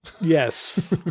Yes